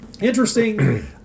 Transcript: interesting